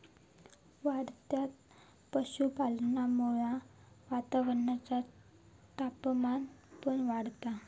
वाढत्या पशुपालनामुळा वातावरणाचा तापमान पण वाढता